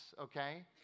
okay